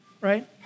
right